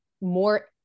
more